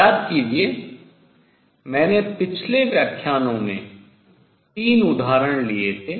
याद कीजिए मैंने पिछले व्याख्यानों में 3 उदाहरण लिए थे